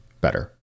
better